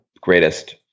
greatest